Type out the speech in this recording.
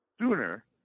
sooner